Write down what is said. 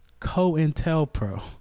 CoIntelPro